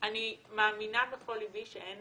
אני מאמינה בכל ליבי שאין